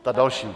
Ta další?